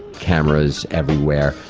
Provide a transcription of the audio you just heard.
cameras everywhere,